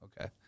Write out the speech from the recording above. okay